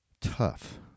tough